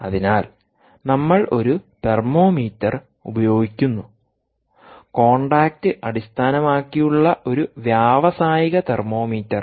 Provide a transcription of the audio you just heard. അതിനാൽ നമ്മൾ ഒരു തെർമോമീറ്റർ ഉപയോഗിക്കുന്നു കോൺടാക്റ്റ് അടിസ്ഥാനമാക്കിയുള്ള ഒരു വ്യാവസായിക തെർമോമീറ്റർ